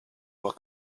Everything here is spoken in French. voit